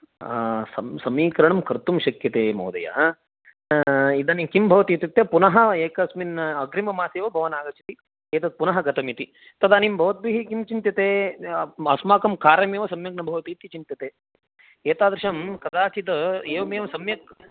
सं समीकरणं कर्तुं शक्यते महोदय इदानीं किं भवति इत्युक्ते पुनः एकस्मिन् अग्रिममासे एव भवान् आगच्छति एतत्पुनः गतमिति तदानीं भवद्भिः किं चिन्त्यते अस्माकं कार्यमेव सम्यक् न भवतीति चिन्त्यते एतादृशं कदाचित् एवमेव सम्यक्